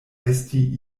esti